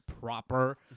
proper